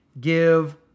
give